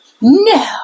No